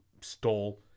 stole